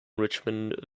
richmond